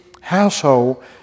household